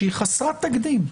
שהיא חסרת תקדים,